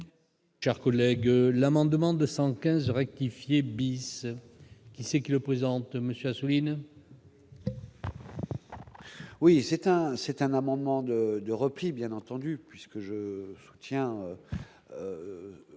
Car collègues l'amendement 215 rectifier bis qui c'est qui le présente monsieur Assouline. Oui, c'est un c'est un amendement de de repli, bien entendu, puisque je je tiens